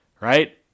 right